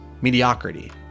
mediocrity